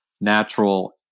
natural